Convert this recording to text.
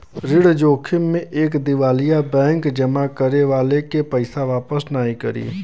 ऋण जोखिम में एक दिवालिया बैंक जमा करे वाले के पइसा वापस नाहीं करी